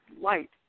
light